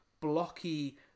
blocky